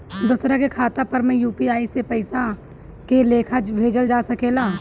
दोसरा के खाता पर में यू.पी.आई से पइसा के लेखाँ भेजल जा सके ला?